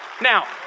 Now